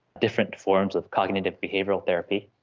different forms of cognitive behavioural therapy,